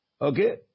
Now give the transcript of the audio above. Okay